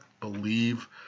believe